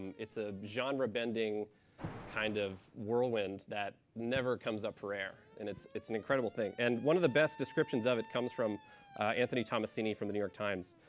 it's a genre-bending kind of whirlwind that never comes up for air. and it's it's an incredible thing. and one of the best descriptions of it comes from anthony tommasini from the new york times.